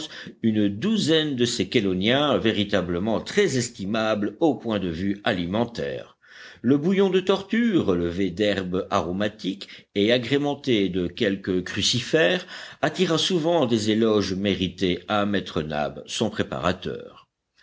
une douzaine de ces chéloniens véritablement très estimables au point de vue alimentaire le bouillon de tortue relevé d'herbes aromatiques et agrémenté de quelques crucifères attira souvent des éloges mérités à maître nab son préparateur